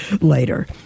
later